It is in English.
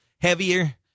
heavier